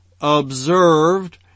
observed